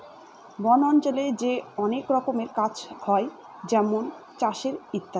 বন অঞ্চলে যে অনেক রকমের কাজ হয় যেমন চাষের ইত্যাদি